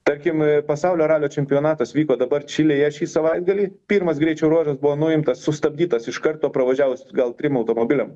tarkim pasaulio ralio čempionatas vyko dabar čilėje šį savaitgalį pirmas greičio ruožas buvo nuimtas sustabdytas iš karto pravažiavus gal trim automobiliam